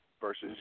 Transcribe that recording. versus